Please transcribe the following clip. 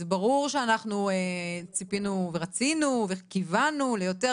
זה ברור שאנחנו ציפינו ורצינו וקיווינו ליותר